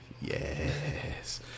yes